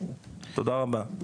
תודה רבה.